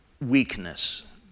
weakness